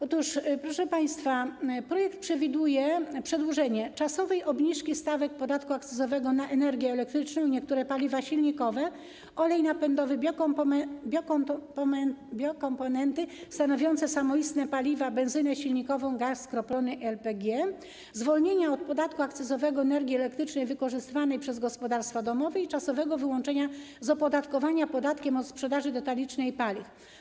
Otóż, proszę państwa, projekt przewiduje przedłużenie czasowej obniżki stawek podatku akcyzowego na energię elektryczną, niektóre paliwa silnikowe, olej napędowy, biokomponenty stanowiące samoistne paliwa, benzynę silnikową i gaz skroplony LPG oraz zwolnienie z podatku akcyzowego energii elektrycznej wykorzystywanej przez gospodarstwa domowe i czasowe wyłączenie z opodatkowania podatkiem od sprzedaży detalicznej paliw.